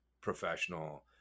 professional